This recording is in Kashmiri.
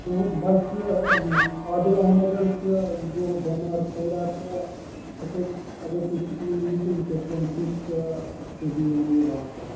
تُہٕنٛد بچہٕ چھُ یہِ عادل احمد حظ چھِ یہِ گوٚو بیٚمار تھوڑا تہٕ اگر تُہۍ سکوٗل یِیو تہٕ یہِ کٔرۍتٕہوٗن پِک تہٕ تُہۍ نِہوٗن یہِ ڈاکٹرس